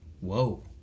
Whoa